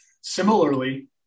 Similarly